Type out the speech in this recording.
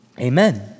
amen